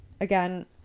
Again